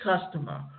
customer